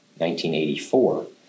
1984